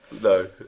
No